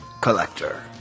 Collector